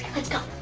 let's go.